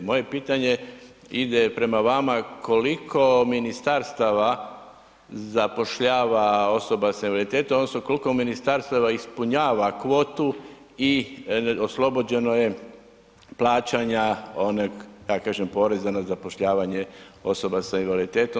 Moje pitanje ide prema vama, koliko ministarstava, zapošljava osoba s invaliditetom, odnosno, koliko ministarstava ispunjava kvotu i oslobođeno je plaćanja one, kako kažem, poreza na zapošljavanje osoba s invaliditetom.